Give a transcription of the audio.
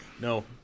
No